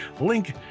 Link